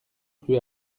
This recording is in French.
rue